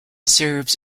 serves